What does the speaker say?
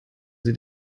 sie